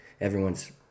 everyone's